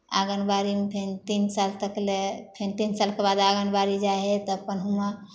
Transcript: आङ्गनबाड़ीमे फेर तीन साल तक लए फेर तीन सालके बाद आङ्गनबाड़ी जाइ हइ तऽ अपन हुआँ